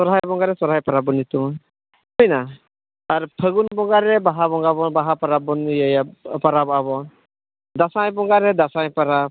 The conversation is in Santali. ᱥᱚᱨᱦᱟᱭ ᱵᱚᱸᱜᱟ ᱨᱮ ᱥᱚᱨᱦᱟᱭ ᱯᱟᱨᱟᱵᱽ ᱵᱚᱱ ᱧᱩᱛᱩᱢᱟ ᱦᱩᱭᱱᱟ ᱟᱨ ᱯᱷᱟᱜᱩᱱ ᱵᱚᱸᱜᱟᱨᱮ ᱵᱟᱦᱟ ᱵᱚᱸᱜᱟ ᱵᱚᱱ ᱵᱟᱦᱟ ᱯᱟᱨᱟᱵᱽ ᱵᱚᱱ ᱤᱭᱟᱹᱭᱟ ᱯᱟᱨᱟᱵᱚᱜᱼᱟ ᱵᱚᱱ ᱫᱟᱸᱥᱟᱭ ᱵᱚᱸᱜᱟᱨᱮ ᱫᱟᱸᱥᱟᱭ ᱯᱟᱨᱟᱵᱽ